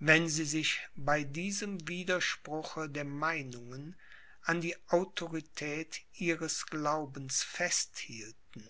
wenn sie sich bei diesem widerspruche der meinungen an die autorität ihres glaubens festhielten